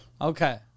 Okay